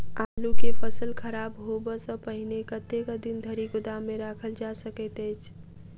आलु केँ फसल खराब होब सऽ पहिने कतेक दिन धरि गोदाम मे राखल जा सकैत अछि?